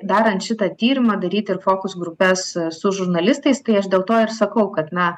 darant šitą tyrimą daryti ir fokus grupes su žurnalistais tai aš dėl to ir sakau kad na